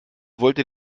wollte